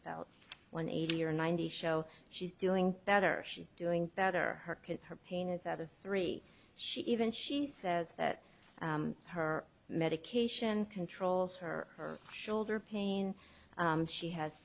about one eighty or ninety show she's doing better she's doing better her kids her pain is out of three she even she says that her medication controls her shoulder pain she has